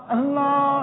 Allah